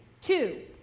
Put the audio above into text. Two